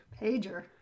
Pager